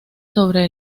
sobre